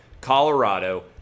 Colorado